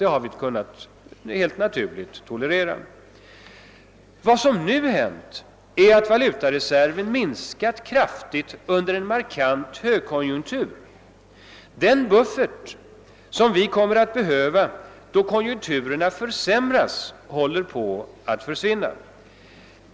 Det har vi helt naturligt kunnat tolerera. Vad som nu hänt är att valutareserven minskat kraftigt under en markant högkonjunktur. Den buffert som vi kommer att behöva då konjunkturerna försämras håller på att försvinna.